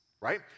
right